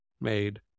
made